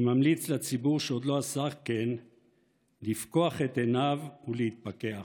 אני ממליץ לציבור שעוד לא עשה כן לפקוח את עיניו ולהתפקח.